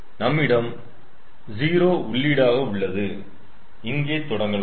நம்மிடம் 0 உள்ளீடு உள்ளதாக இங்கே தொடங்கலாம்